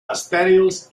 estèrils